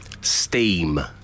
steam